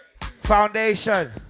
Foundation